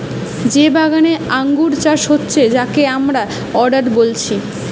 যে বাগানে আঙ্গুর চাষ হচ্ছে যাকে আমরা অর্চার্ড বলছি